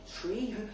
tree